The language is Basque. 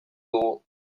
dugu